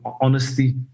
honesty